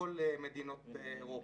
ובכל מדינות אירופה.